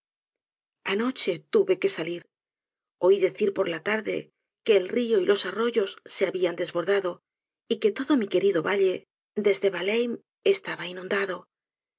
anoche tuve que salir oí decir por la tarde que el rio y los arroyos se habían desbordado y que todo mí querido valle desde valheim estaba inundado